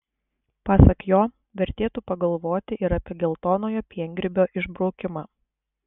pasak jo vertėtų pagalvoti ir apie geltonojo piengrybio išbraukimą